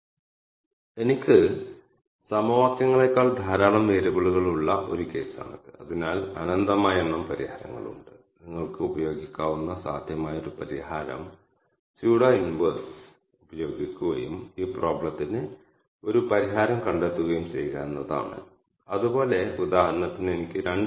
ഞാൻ ഈ command execute ചെയ്യുമ്പോൾ അത് ഡാറ്റയെ 3 ക്ലസ്റ്ററുകളായി വിഭജിക്കുകയും ഫലത്തെ ഒരു ട്രിപ്പ് ക്ലസ്റ്റർ R ഒബ്ജക്റ്റായി നൽകുകയും ചെയ്യും അത് അടിസ്ഥാനപരമായി ഒരു ലിസ്റ്റ് ആണ്